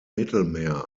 mittelmeer